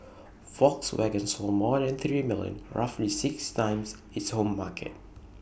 Volkswagen sold more than three million roughly six times its home market